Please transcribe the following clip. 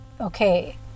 okay